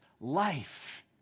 life